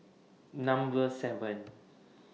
Number seven